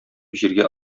җиргә